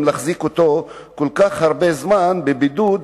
אם מחזיקים אותו כל כך הרבה זמן בבידוד,